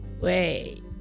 Wait